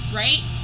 right